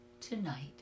tonight